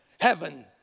heaven